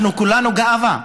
אנחנו כולנו גאווה,